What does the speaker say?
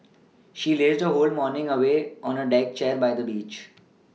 she lazed her whole morning away on a deck chair by the beach